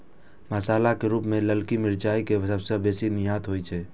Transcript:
मसाला के रूप मे ललकी मिरचाइ के सबसं बेसी निर्यात होइ छै